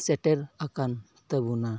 ᱥᱮᱴᱮᱨ ᱟᱠᱟᱱ ᱛᱟᱵᱳᱱᱟ